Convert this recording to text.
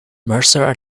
mercer